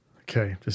Okay